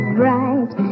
bright